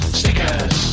stickers